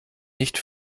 nicht